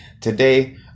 today